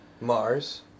Mars